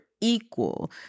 equal